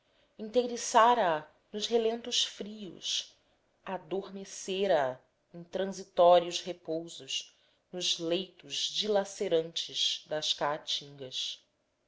secas inteiriçara a nos relentos frios adormecera a em transitórios repousos nos leitos dilacerantes das caatingas